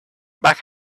back